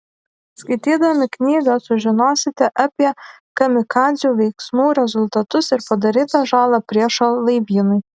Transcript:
skaitydami knygą sužinosite apie kamikadzių veiksmų rezultatus ir padarytą žalą priešo laivynui